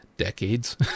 Decades